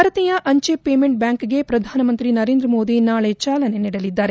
ಭಾರತೀಯ ಅಂಚೆ ಪೇಮೆಂಟ್ ಬ್ಲಾಂಕ್ಗೆ ಪ್ರಧಾನಮಂತ್ರಿ ನರೇಂದ್ರ ಮೋದಿ ನಾಳೆ ಚಾಲನೆ ನೀಡಲಿದ್ದಾರೆ